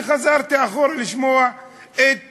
אני חזרתי אחורה לשמוע את